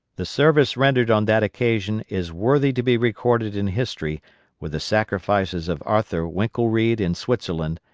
the service rendered on that occasion is worthy to be recorded in history with the sacrifices of arthur winckelried in switzerland,